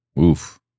Oof